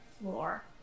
floor